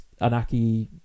anaki